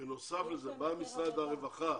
ובנוסף לזה בא משרד הרווחה